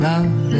love